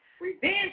Revenge